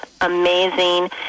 amazing